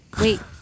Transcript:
Wait